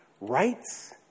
rights